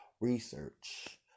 research